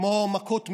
כמו מכות מצרים: